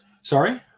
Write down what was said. Sorry